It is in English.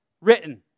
written